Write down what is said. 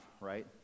Right